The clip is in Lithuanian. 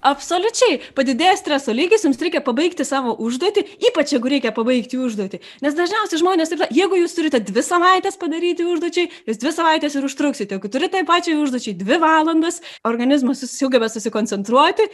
absoliučiai padidėjęs streso lygis jums reikia pabaigti savo užduotį ypač reikia pabaigti užduotį nes dažniausiai žmonės taip sako jeigu jūs turite dvi savaites padaryti užduočiai jūs dvi savaites ir užtruksite kai turi tai pačiai užduočiai dvi valandas organizmas sugeba susikoncentruoti